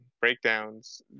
breakdowns